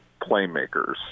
playmakers